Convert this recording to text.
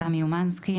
תמי אומנסקי,